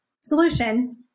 solution